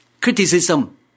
criticism